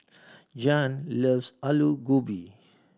Jann loves Alu Gobi